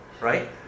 Right